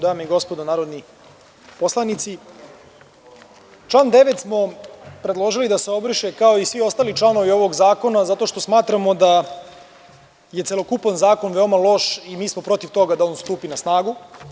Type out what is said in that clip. Dame i gospodo narodni poslanici, član 9. smo predložili da se obriše kao i svi ostali članovi ovog zakona zato što smatramo da je celokupan zakon veoma loš i mi smo protiv toga da on stupi na snagu.